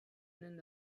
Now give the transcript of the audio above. nennen